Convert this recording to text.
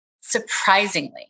surprisingly